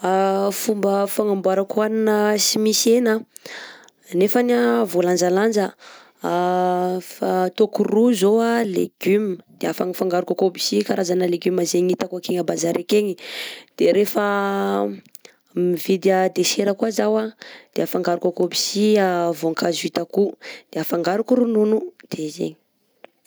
fomba fagnamboarako hanina tsy misy hena nefany a vaolanjalanja: a fa ataoko ro zao a légumes de afangafangaroko akao aby sy karazana légumes zegny hitako akegny bazar akegny, de rehefa mividy dessert koà zaho de afangaroko akao aby sy vaonkazo hitako de afangaroko ronono de zegny.